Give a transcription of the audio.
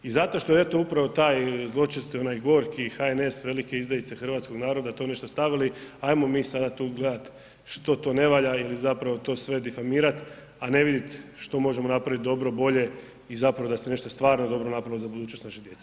I zato što eto upravo taj zločesti onaj gorki HNS, velike izdajice hrvatskog naroda to nešto stavili, ajmo mi sada tu gledat što to ne valja ili zapravo to sve difamirat, a ne vidit što možemo napravit dobro, bolje i zapravo da se nešto stvarno dobro napravilo za budućnost naše djece.